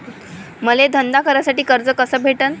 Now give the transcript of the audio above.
मले धंदा करासाठी कर्ज कस भेटन?